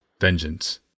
Vengeance